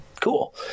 cool